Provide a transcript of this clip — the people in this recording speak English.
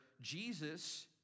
Jesus